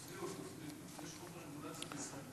התשע"ו 2015,